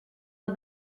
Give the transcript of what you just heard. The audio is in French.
aux